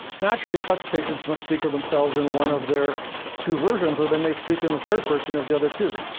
naturally, such patients must speak of themselves in one of their two versions, or they may speak in the third person of the other two,